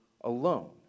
alone